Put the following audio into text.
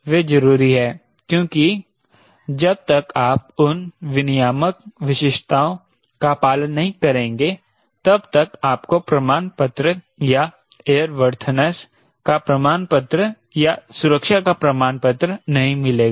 वह जरूरी है क्योंकि जब तक आप उन विनियामक विशिष्टताओं का पालन नहीं करेंगे तब तक आपको प्रमाण पत्र या एयरवर्थनेस का प्रमाण पत्र या सुरक्षा का प्रमाण पत्र नहीं मिलेगा